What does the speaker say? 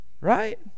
right